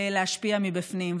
להשפיע מבפנים.